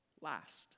last